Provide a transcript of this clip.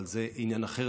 אבל זה עניין אחר.